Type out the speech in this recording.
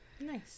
Nice